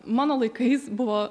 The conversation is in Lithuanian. mano laikais buvo